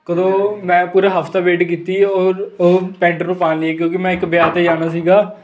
ਕਦੋਂ ਮੈਂ ਪੂਰਾ ਹਫ਼ਤਾ ਵੇਟ ਕੀਤੀ ਉਹ ਉਹ ਪੈਂਟ ਨੂੰ ਪਾਉਣ ਲਈ ਕਿਉਂਕਿ ਮੈਂ ਇੱਕ ਵਿਆਹ 'ਤੇ ਜਾਣਾ ਸੀਗਾ